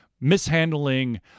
mishandling